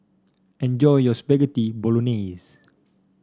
enjoy your Spaghetti Bolognese